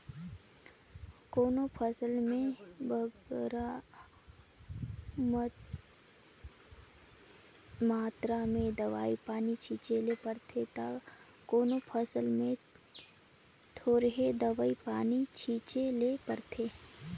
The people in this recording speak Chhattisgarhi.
कोनो फसिल में बगरा मातरा में दवई पानी छींचे ले परथे ता कोनो फसिल में थोरहें दवई पानी छींचे ले परथे